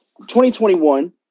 2021